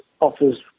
offers